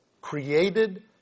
created